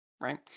right